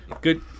good